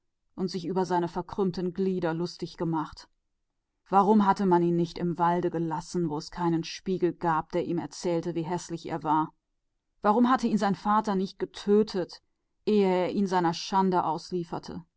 und sich über seine krummen glieder lustig gemacht warum hatte man ihn nicht im walde gelassen wo es keinen spiegel gab um ihm zu sagen wie ekelhaft er war warum hatte ihn nicht sein vater getötet anstatt ihn in seine schande